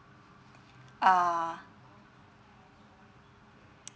uh